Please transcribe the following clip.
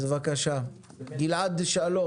בבקשה, גלעד שלום.